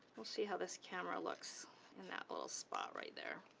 we'll see how this camera looks and that little spot right there.